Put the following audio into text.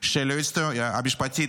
של היועצת המשפטית,